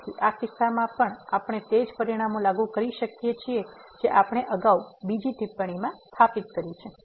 તેથી આ કિસ્સામાં પણ આપણે તે જ પરિણામ લાગુ કરી શકીએ છીએ જે આપણે અગાઉ બીજી ટિપ્પણીમાં સ્થાપિત કરી છે